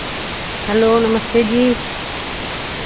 hello नमस्ते जी